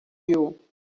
you